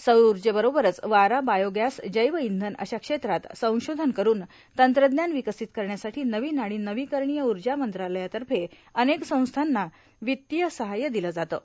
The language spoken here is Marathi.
सौर ऊर्जेबरोबरच वारा बायोगॅस जैव इंधन अशा क्षेत्रात संशोधन करून तंत्रज्ञान विकसित करण्यासाठी नवीन आणि नवीकरणीय ऊर्जा मंत्रालयातर्फे अनेक संस्थांना वित्तीय सहाय्य दिलं जातं